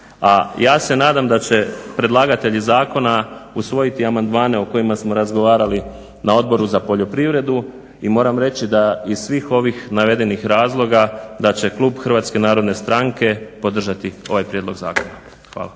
ja se nadam da će predlagatelji zakona usvojiti amandmane o kojima smo razgovarali na Odboru za poljoprivredu i moram reći da iz svih ovih navedenih razloga da će klub HNS-a podržati ovaj prijedlog zakona. Hvala.